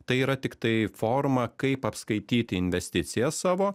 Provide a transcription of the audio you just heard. tai yra tiktai forma kaip apskaityti investicijas savo